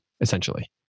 essentially